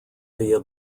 via